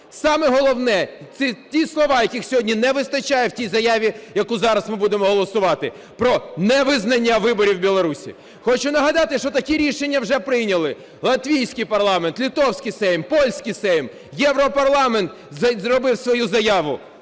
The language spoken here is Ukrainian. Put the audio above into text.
Саме головне – це ті слова, яких сьогодні не вистачає в тій заяві, яку зараз ми будемо голосувати, про невизнання виборів у Білорусі. Хочу нагадати, що такі рішення вже прийняли: латвійський парламент, литовський Сейм, польський Сейм, Європарламент зробив свою заяву.